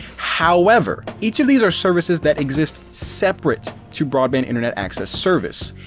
however, each of these are services that exist separate to broadband internet access service.